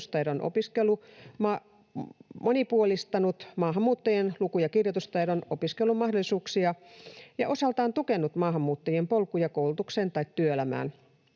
koulutusmalli on monipuolistanut maahanmuuttajien luku‑ ja kirjoitustaidon opiskelumahdollisuuksia ja osaltaan tukenut maahanmuuttajien polkuja koulutukseen tai työelämään